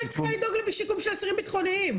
למה אני צריכה לדאוג לשיקום של אסירים ביטחוניים?